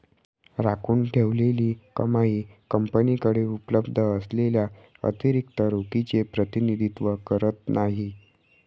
राखून ठेवलेली कमाई कंपनीकडे उपलब्ध असलेल्या अतिरिक्त रोखीचे प्रतिनिधित्व करत नाही